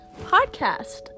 podcast